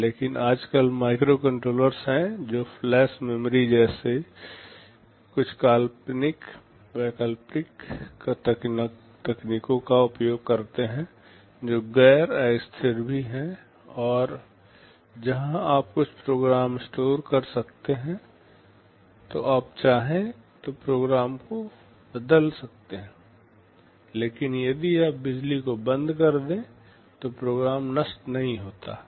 लेकिन आजकल माइक्रोकंट्रोलर हैं जो फ्लैश मेमोरी जैसी कुछ वैकल्पिक तकनीकों का उपयोग करते हैं जो गैर अस्थिर भी है जहां आप कुछ प्रोग्राम स्टोर कर सकते हैं तो आप चाहें तो प्रोग्राम को भी बदल सकते हैं लेकिन यदि आप उसकी बिजली को बंद कर देते हैं तो प्रोग्राम नष्ट नहीं होता है